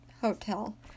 Hotel